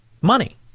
money